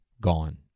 gone